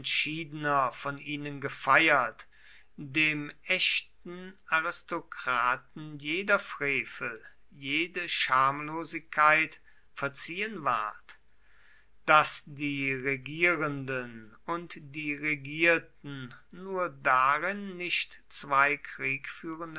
entschiedener von ihnen gefeiert dem echten aristokraten jeder frevel jede schamlosigkeit verziehen ward daß die regierenden und die regierten nur darin nicht zwei